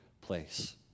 place